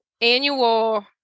annual